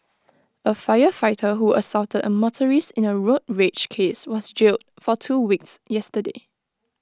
A firefighter who assaulted A motorist in A road rage case was jailed for two weeks yesterday